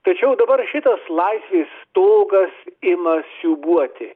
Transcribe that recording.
tačiau dabar šitas laisvės stogas ima siūbuoti